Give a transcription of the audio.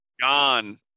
Gone